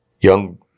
young